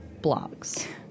blogs